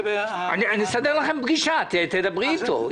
אסדר לכם פגישה ותדברי איתו.